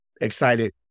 excited